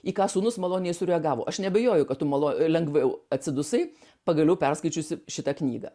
į ką sūnus maloniai sureagavo aš neabejoju kad tu malo lengviau atsidusai pagaliau perskaičiusi šitą knygą